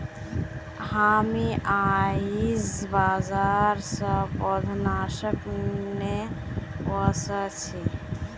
हामी आईझ बाजार स पौधनाशक ने व स छि